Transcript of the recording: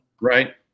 Right